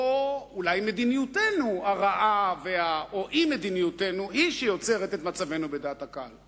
או אולי מדיניותנו הרעה או אי-מדיניותנו היא שיוצרת את מצבנו בדעת הקהל,